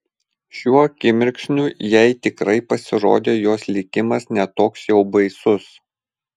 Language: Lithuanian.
šiuo akimirksniu jai tikrai pasirodė jos likimas ne toks jau baisus